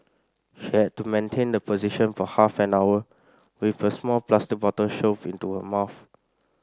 she had to maintain the position for half an hour with a small plastic bottle shoved into her mouth